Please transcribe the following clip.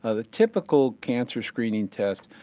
ah the typical cancer screening test,